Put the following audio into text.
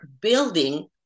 building